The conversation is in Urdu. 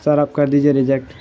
سر آپ کر دیجیے ریجیکٹ